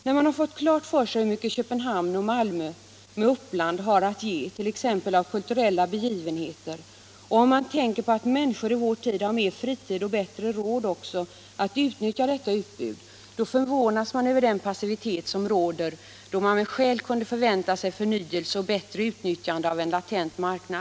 När man har fått klart för sig hur mycket Köpenhamn och Malmö med uppland har att ge, t.ex. vad gäller kulturella aktiviteter, och om man tänker på att människor i vår tid har mer fritid och också bättre råd att utnyttja detta utbud, förvånas man över den passivitet som råder, då man med skäl kunde förvänta sig förnyelse och bättre utnyttjande av en latent marknad.